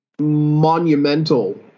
monumental